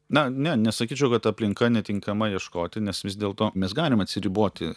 na ne nesakyčiau kad aplinka netinkama ieškoti nes vis dėlto mes galim atsiriboti